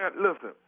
Listen